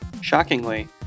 Shockingly